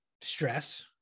stress